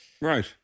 Right